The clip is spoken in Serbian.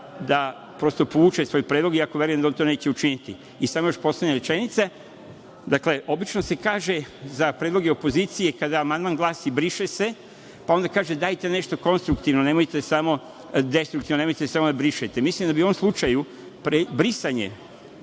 da, prosto, povuče svoj predlog, iako verujem da on to neće učiniti. Samo još poslednje rečenice. Obično se kaže za predloge opozicije, kada amandman glasi briše se, onda kaže dajte nešto konstruktivno, nemojte samo destruktivno, nemojte samo da brišete. Mislim da bi u ovom slučaju brisanje